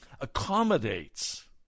accommodates